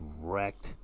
wrecked